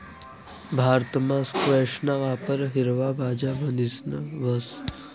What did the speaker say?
भारतमा स्क्वैशना वापर हिरवा भाज्या म्हणीसन व्हस